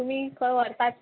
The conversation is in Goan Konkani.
तुमी खंय व्हरपाक